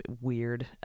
weird